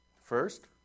First